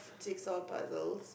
jigsaw puzzles